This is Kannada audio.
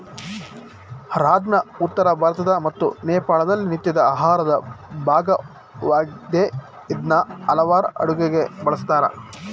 ರಾಜ್ಮಾ ಉತ್ತರ ಭಾರತ ಮತ್ತು ನೇಪಾಳದಲ್ಲಿ ನಿತ್ಯದ ಆಹಾರದ ಭಾಗವಾಗಯ್ತೆ ಇದ್ನ ಹಲವಾರ್ ಅಡುಗೆಗೆ ಬಳುಸ್ತಾರೆ